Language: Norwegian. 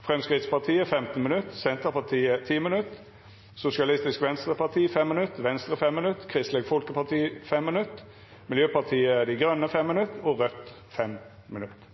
Framstegspartiet 15 minutt, Senterpartiet 10 minutt, Sosialistisk Venstreparti 5 minutt, Venstre 5 minutt, Kristeleg Folkeparti 5 minutt, Miljøpartiet Dei Grøne 5 minutt og Raudt 5 minutt.